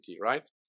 right